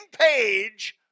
page